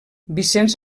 vicenç